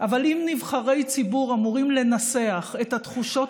אבל אם נבחרי ציבור אמורים לנסח את התחושות